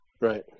Right